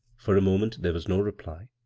for a moment there was no reply,